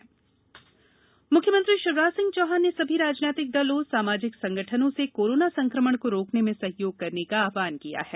CM आव्हन मुख्यमंत्री शिवराज सिंह चौहान ने सभी राजनैतिक दलो सामाजिक संगठनो से कोरोना संक्रमण को रोकने में सहयोग का आव्हन किया है